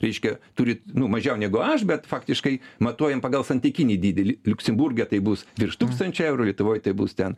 reiškia turi nu mažiau negu aš bet faktiškai matuojam pagal santykinį dydį liu liuksemburge tai bus virš tūkstančio eurų lietuvoj tai bus ten